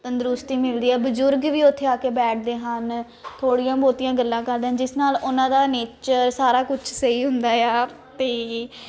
ਤੰਦਰੁਸਤੀ ਮਿਲਦੀ ਹੈ ਬਜ਼ੁਰਗ ਵੀ ਉੱਥੇ ਆ ਕੇ ਬੈਠਦੇ ਹਨ ਥੋੜੀਆਂ ਬਹੁਤੀਆਂ ਗੱਲਾਂ ਕਰਦੇ ਹਨ ਜਿਸ ਨਾਲ ਉਹਨਾਂ ਦਾ ਨੇਚਰ ਸਾਰਾ ਕੁਝ ਸਹੀ ਹੁੰਦਾ ਆ ਅਤੇ